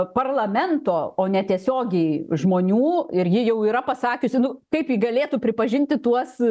parlamento o ne tiesiogiai žmonių ir ji jau yra pasakiusi nu kaip ji galėtų pripažinti tuos